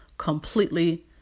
completely